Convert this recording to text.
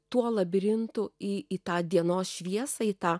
tuo labirintu į į tą dienos šviesą į tą